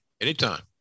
Anytime